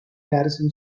garrison